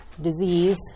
disease